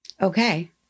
Okay